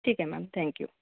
ठीक आहे ma'am thank you